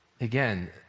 Again